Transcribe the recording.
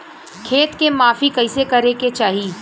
खेत के माफ़ी कईसे करें के चाही?